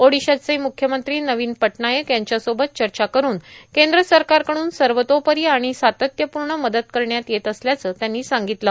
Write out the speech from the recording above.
ओडिशाचे मुख्यमंत्री नवीन पटनायक यांच्यासोबत चर्चा करून केंद्र सरकारकडून सर्वतोपरी आणि सातत्यपूर्ण मदत करण्यात येत असल्याचं त्यांनी सांगितलं